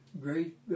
great